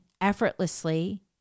effortlessly